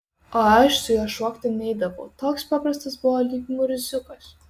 o aš su juo šokti neidavau toks paprastas buvo lyg murziukas